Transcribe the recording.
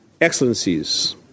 Excellencies